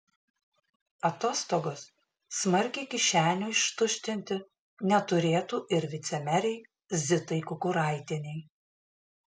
atostogos smarkiai kišenių ištuštinti neturėtų ir vicemerei zitai kukuraitienei